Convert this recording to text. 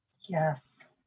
Yes